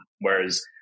Whereas